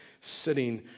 sitting